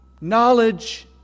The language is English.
knowledge